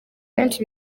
benshi